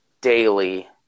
daily